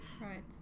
right